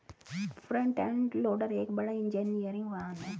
front end loader एक बड़ा engineering वाहन है